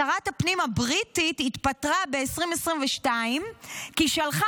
שרת הפנים הבריטית התפטרה ב-2022 כי שלחה